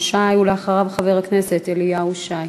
גברת היושבת-ראש,